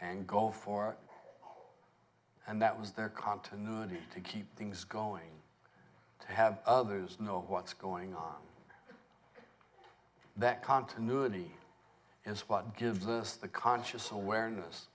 and go for it and that was their continuity to keep things going to have others know what's going on that continuity is what gives us the conscious awareness